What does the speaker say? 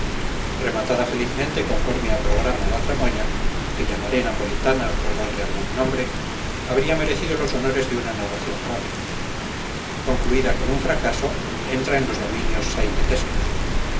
rematada felizmente conforme a programa la tramoya que llamaré napolitana por darle algún nombre habría merecido los honores de una narración grave concluida por un fracaso entra en los dominios sainetescos